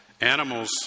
Animals